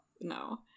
No